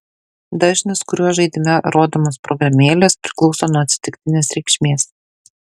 dažnis kuriuo žaidime rodomos programėlės priklauso nuo atsitiktinės reikšmės